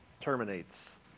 terminates